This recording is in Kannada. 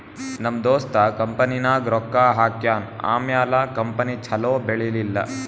ನಮ್ ದೋಸ್ತ ಕಂಪನಿನಾಗ್ ರೊಕ್ಕಾ ಹಾಕ್ಯಾನ್ ಆಮ್ಯಾಲ ಕಂಪನಿ ಛಲೋ ಬೆಳೀಲಿಲ್ಲ